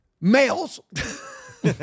Males